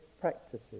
practices